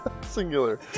Singular